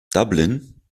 dublin